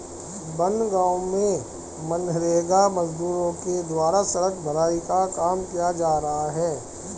बनगाँव में मनरेगा मजदूरों के द्वारा सड़क भराई का काम किया जा रहा है